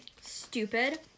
stupid